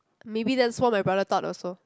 maybe that's what my brother thought also